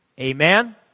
Amen